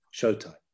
showtime